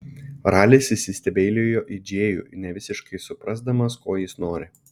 ralis įsistebeilijo į džėjų nevisiškai suprasdamas ko jis nori